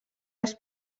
les